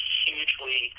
hugely